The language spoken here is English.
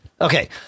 Okay